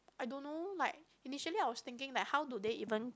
I don't know like initially I was thinking like how do they even